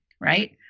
right